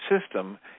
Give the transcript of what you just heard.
system